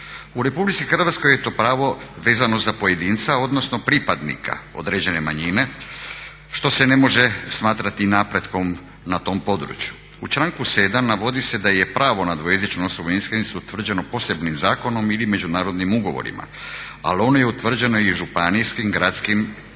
U Republici Hrvatskoj je to pravo vezano za pojedinca odnosno pripadnika određene manjine što se ne može smatrati napretkom na tom području. U članku 7. navodi se da je pravo na dvojezičnost … utvrđeno posebnim zakonom ili međunarodnim ugovorima, ali ono je utvrđeno i županijskim, gradskim ili